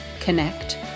Connect